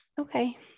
Okay